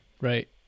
Right